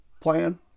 plan